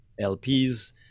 LPs